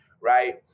right